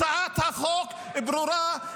הצעת החוק ברורה,